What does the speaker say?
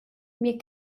mir